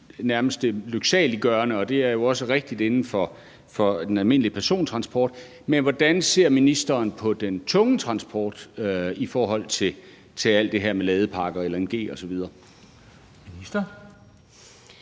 nærmest lyksaliggørende, og det er jo også rigtigt inden for den almindelige persontransport, men hvordan ser ministeren på den tunge transport i forhold til alt det her med ladeparker og LNG osv.?